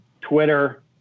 Twitter